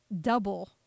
double